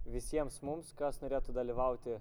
visiems mums kas norėtų dalyvauti